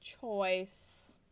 choice